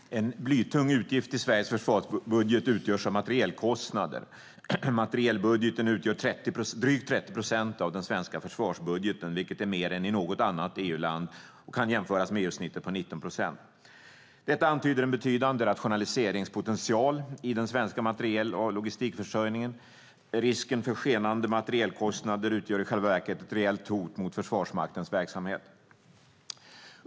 Herr talman! En blytung utgift i Sveriges försvarsbudget utgörs av materielkostnader. Materielbudgeten utgör drygt 30 procent av den svenska försvarsbudgeten, vilket är mer än i något annat EU-land och kan jämföras med EU-snittet på 19 procent. Detta antyder en betydande rationaliseringspotential i den svenska materiel och logistikförsörjningen. Risken för skenande materielkostnader utgör i själva verket ett reellt hot mot Försvarsmaktens verksamhet.